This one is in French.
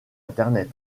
internet